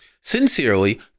Sincerely